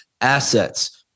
assets